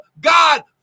God